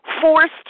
forced